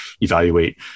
evaluate